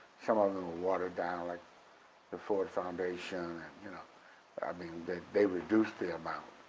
some of them were watered down. like the ford foundation, you know i mean they they reduced the amount.